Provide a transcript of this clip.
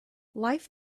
life